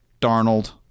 Darnold